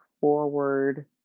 forward